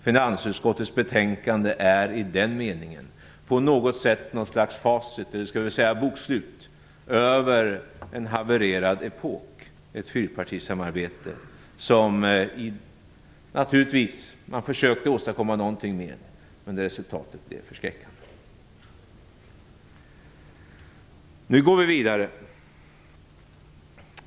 Finansutskottets betänkande är i den meningen ett slags facit eller bokslut över en havererad epok. Man försökte naturligtvis åstadkomma någonting med fyrpartisamarbetet, men resultatet blev förskräckande. Nu går vi vidare.